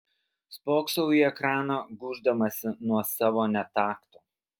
spoksau į ekraną gūždamasi nuo savo netakto